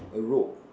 a rope